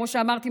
כמו שאמרתי,